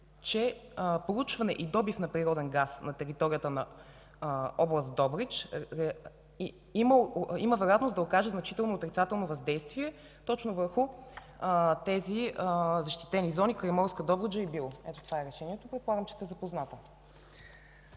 че проучването и добивът на природен газ на територията на област Добрич има вероятност да окажат значително отрицателно въздействие точно върху тези защитени зони – Крайморска Добруджа и Било. Ето, това е решението, предполагам сте запозната?